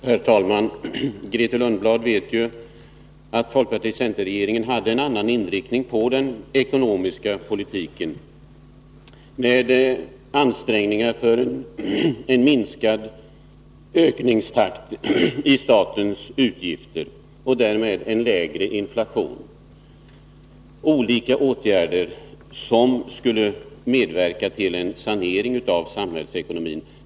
Herr talman! Grethe Lundblad vet ju att folkparti-centerregeringen hade en annan inriktning av den ekonomiska politiken. Det gäller ansträngningar för en minskad ökningstakt i statens utgifter och därmed en lägre inflation, olika åtgärder som skulle medverka till en sanering av samhällsekonomin.